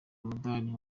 umudali